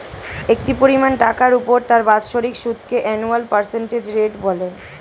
একটি পরিমাণ টাকার উপর তার বাৎসরিক সুদকে অ্যানুয়াল পার্সেন্টেজ রেট বলে